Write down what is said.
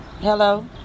hello